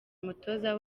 umutoza